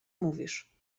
mówisz